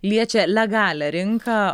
liečia legalią rinką